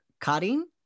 cutting